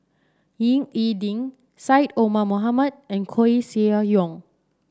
Ying E Ding Syed Omar Mohamed and Koeh Sia Yong